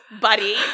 buddy